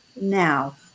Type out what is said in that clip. now